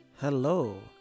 Hello